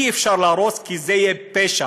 אי-אפשר להרוס, כי זה יהיה פשע.